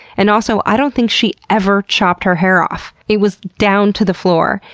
and also, i don't think she ever chopped her hair off. it was down to the floor.